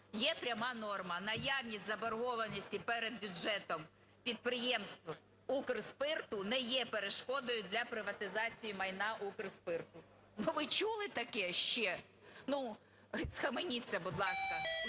є пряма норма "наявність заборгованості перед бюджетом підприємств Укрспирту не є перешкодою для приватизації майна Укрспирту". Ну ви чули таке ще? Ну схаменіться, будь ласка.